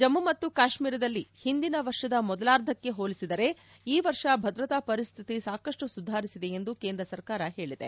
ಜಮ್ಮು ಮತ್ತು ಕಾಶ್ಮೀರದಲ್ಲಿ ಹಿಂದಿನ ವರ್ಷದ ಮೊದಲಾರ್ಧಕ್ಕೆ ಹೋಲಿಸಿದರೆ ಈ ವರ್ಷ ಭದ್ರತಾ ಪರಿಸ್ಥಿತಿ ಸಾಕಷ್ಟು ಸುಧಾರಿಸಿದೆ ಎಂದು ಕೇಂದ್ರ ಸರ್ಕಾರ ಹೇಳಿದೆ